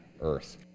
earth